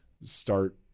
start